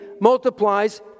multiplies